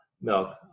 milk